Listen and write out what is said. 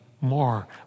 More